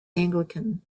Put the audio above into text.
anglican